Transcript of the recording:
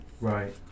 Right